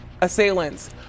assailants